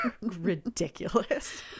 ridiculous